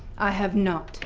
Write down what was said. i have not